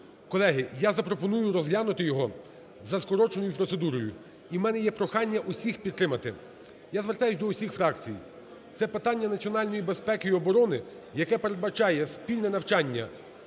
Колеги, я запропоную розглянути його за скороченою процедурою, і у мене є прохання до усіх – підтримати. Я звертаюся до усіх фракцій. Це питання національної безпеки і оборони, яке передбачає спільне навчання